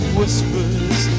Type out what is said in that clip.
whispers